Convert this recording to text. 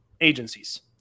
agencies